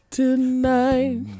tonight